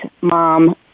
mom